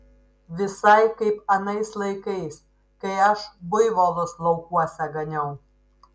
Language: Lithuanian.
visai kaip anais laikais kai aš buivolus laukuose ganiau